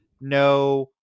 no